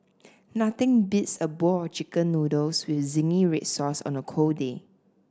nothing beats a bowl of chicken noodles with zingy red sauce on a cold day